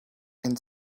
and